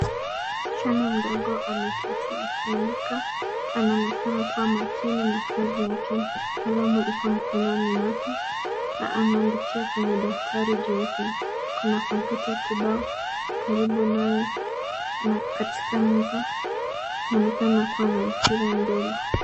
Msichana mdogo ameketi akiandika. Anaonekana kuwa makini na kazi yake. Kalamu iko mkononi mwake na anaandikia kwenye daftari jeupe. Kuna kompyuta kibao karibu naye na katika meza kunaonekana kuwa na mpira mdogo.